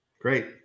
Great